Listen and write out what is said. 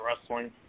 wrestling